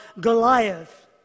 Goliath